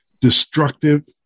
destructive